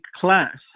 class